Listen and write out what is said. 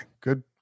Good